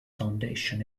foundation